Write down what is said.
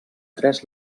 tres